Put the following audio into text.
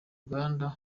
ruganda